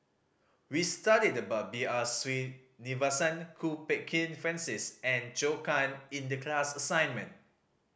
we studied about B R Sreenivasan Kwok Peng Kin Francis and Zhou Can in the class assignment